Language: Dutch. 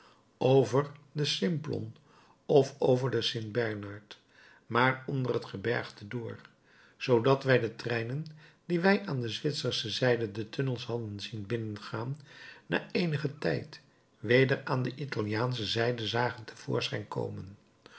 over den simplon of over den st bernard maar onder het gebergte door zoodat wij de treinen die wij aan de zwitsersche zijde de tunnels hadden zien binnengaan na eenigen tijd weder aan de italiaansche zijde zagen te voorschijn komen